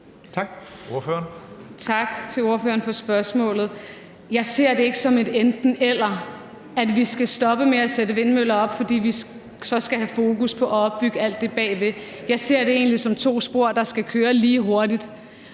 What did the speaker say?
Tak til ordføreren for spørgsmålet. Jeg ser det ikke som et enten-eller, at vi skal stoppe med at sætte vindmøller op, fordi vi så skal have fokus på at opbygge alt det bagved. Jeg ser det egentlig som to spor, der skal køre lige hurtigt.